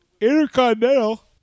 Intercontinental